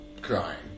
crying